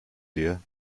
dear